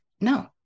no